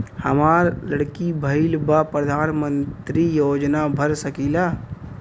हमार लड़की भईल बा प्रधानमंत्री योजना भर सकीला?